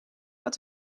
wat